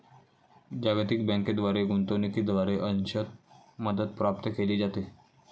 जागतिक बँकेद्वारे गुंतवणूकीद्वारे अंशतः मदत प्राप्त केली जाते